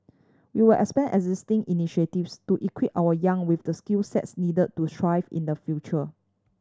we will expand existing initiatives to equip our young with the skill sets needed to thrive in the future